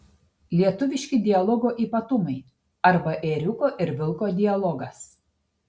lietuviški dialogo ypatumai arba ėriuko ir vilko dialogas